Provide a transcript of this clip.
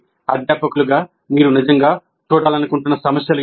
అధ్యాపకులుగా మీరు నిజంగా చూడాలనుకుంటున్న సమస్యలు ఏమిటి